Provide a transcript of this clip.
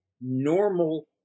normal